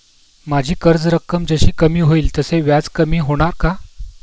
माझी कर्ज रक्कम जशी कमी होईल तसे व्याज कमी होणार का?